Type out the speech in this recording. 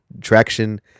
traction